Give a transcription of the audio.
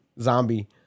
zombie